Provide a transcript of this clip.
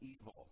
evil